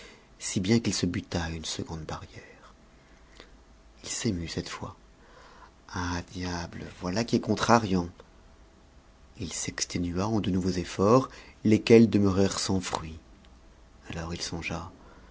si bien qu'il se buta à une seconde barrière il s'émut cette fois ah diable voilà qui est contrariant il s'exténua en de nouveaux efforts lesquels demeurèrent sans fruit alors il songea